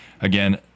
again